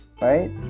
right